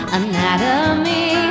anatomy